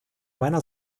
meiner